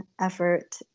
effort